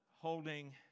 holding